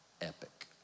epic